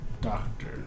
Doctor